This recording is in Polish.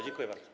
Dziękuję bardzo.